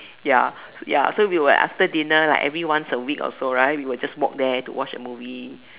ya ya so we would after dinner like every once a week or so right we would just walk there to watch a movie